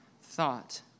thought